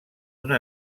una